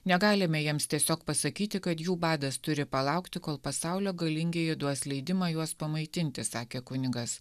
negalime jiems tiesiog pasakyti kad jų badas turi palaukti kol pasaulio galingieji duos leidimą juos pamaitinti sakė kunigas